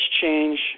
change